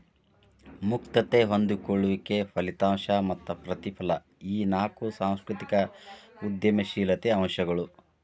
ಮುಕ್ತತೆ ಹೊಂದಿಕೊಳ್ಳುವಿಕೆ ಫಲಿತಾಂಶ ಮತ್ತ ಪ್ರತಿಫಲ ಈ ನಾಕು ಸಾಂಸ್ಕೃತಿಕ ಉದ್ಯಮಶೇಲತೆ ಅಂಶಗಳು